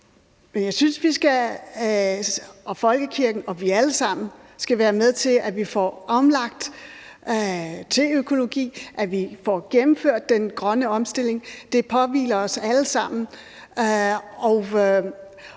folkekirken og vi alle sammen skal være med til, at vi får omlagt til økologi, at vi får gennemført den grønne omstilling. Det påhviler os alle sammen,